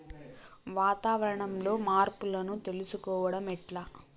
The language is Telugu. వాతావరణంలో మార్పులను తెలుసుకోవడం ఎట్ల?